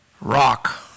Rock